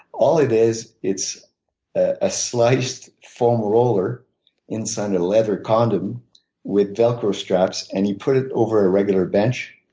all it is, it's a sliced foam roller inside a leather condom with velcro straps and you put it over a regular bench.